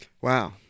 Wow